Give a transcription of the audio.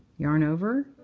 yarn over.